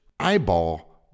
Eyeball